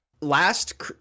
last